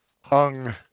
hung